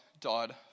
died